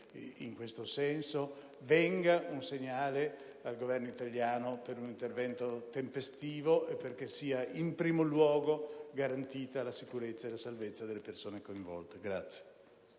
in questo senso - venga un segnale al Governo italiano per un intervento tempestivo, affinché in primo luogo siano garantite la sicurezza e la salvezza delle persone coinvolte.